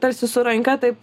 tarsi su ranka taip